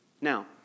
Now